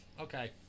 okay